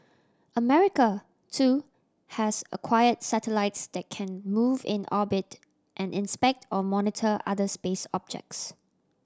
America too has acquired satellites that can move in orbit and inspect or monitor other space objects